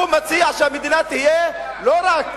הוא מציע שהמדינה תהיה לא רק,